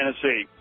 Tennessee